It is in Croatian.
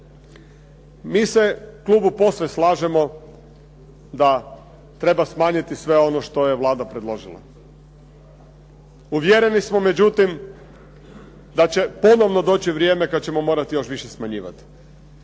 Mi se u klubu posve slažemo da treba smanjiti sve ono što je Vlada predložila. Uvjereni smo međutim da će ponovno doći vrijeme kada ćemo morati još više smanjivati.